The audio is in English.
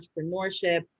entrepreneurship